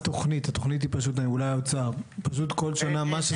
נעשה דבר מעבר